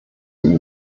die